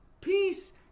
Peace